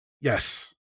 Yes